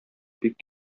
бик